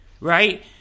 right